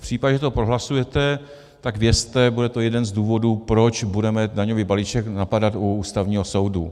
V případě, že to prohlasujete, tak vězte, bude to jeden z důvodů, proč budeme daňový balíček napadat u Ústavního soudu.